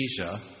Asia